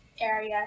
area